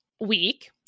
week